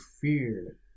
fear